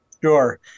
Sure